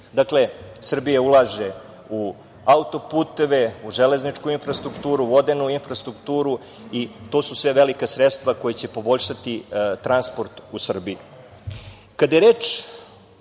kilometara. Srbija ulaže u autoputeve, u železničku infrastrukturu, vodenu infrastrukturu i to su sve velika sredstva koja će poboljšati transport u Srbiji. Kada